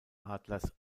adlers